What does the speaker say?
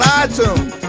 iTunes